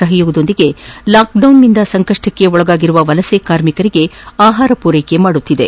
ಸಹಯೋಗದೊಂದಿಗೆ ಲಾಕ್ಡೌನ್ನಿಂದ ಸಂಕಷ್ಷಕ್ಕೆ ಸಿಲುಕಿರುವ ವಲಸೆ ಕಾರ್ಮಿಕರಿಗೆ ಆಹಾರ ಪೂರೈಕೆ ಮಾಡುತ್ತಿದೆ